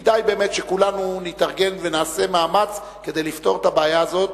כדאי באמת שכולנו נתארגן ונעשה מאמץ כדי לפתור את הבעיה הזאת,